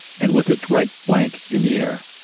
and with its right flank in the air.